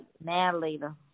now-later